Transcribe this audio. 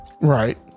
right